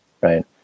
right